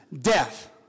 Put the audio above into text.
death